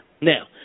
Now